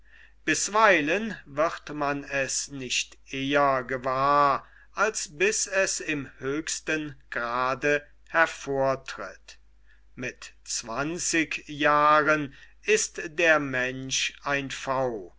bisweilen wird man es nicht eher gewahr als bis es im höchsten grade hervortritt mit zwanzig jahren ist der mensch ein pfau